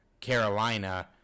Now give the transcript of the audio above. Carolina